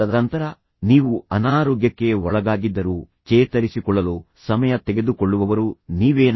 ತದನಂತರ ನೀವು ಅನಾರೋಗ್ಯಕ್ಕೆ ಒಳಗಾಗಿದ್ದರೂ ಚೇತರಿಸಿಕೊಳ್ಳಲು ಸಮಯ ತೆಗೆದುಕೊಳ್ಳುವವರು ನೀವೇನಾ